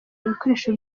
ibikoresho